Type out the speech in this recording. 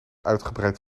uitgebreid